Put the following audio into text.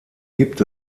gibt